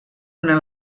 una